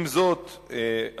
עם זאת,